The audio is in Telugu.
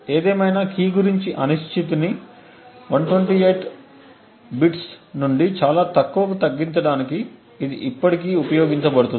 ఏదేమైనా కీ గురించి అనిశ్చితిని 128 బిట్ల నుండి చాలా తక్కువకు తగ్గించడానికి ఇది ఇప్పటికీ ఉపయోగపడుతుంది